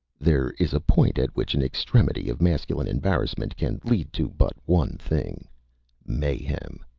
there is a point at which an extremity of masculine embarrassment can lead to but one thing mayhem.